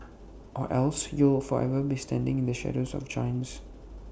or else you will forever be standing in the shadows of giants